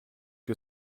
que